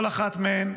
כל אחת מהן,